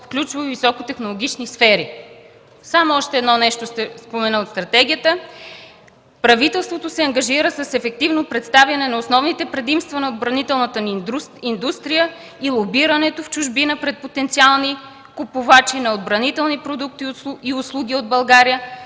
в ключови високотехнологични сфери. Само още едно нещо ще спомена от стратегията. „Правителството се ангажира с ефективно представяне на основните предимства на отбранителната ни индустрия и лобирането в чужбина пред потенциални купувачи на отбранителни продукти и услуги от България.